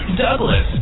Douglas